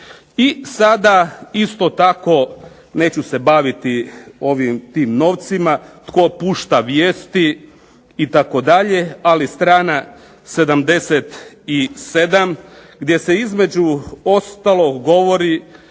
I sada isto tako neću se baviti ovim, tim novcima tko pušta vijesti itd., ali strana 77, gdje se između ostalog govori